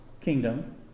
kingdom